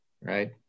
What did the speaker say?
right